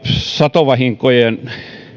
satovahinkojen